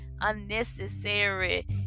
unnecessary